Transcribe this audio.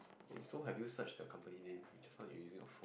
eh so have you searched the company name eh just now you using your phone